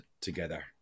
together